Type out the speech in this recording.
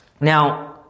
Now